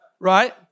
right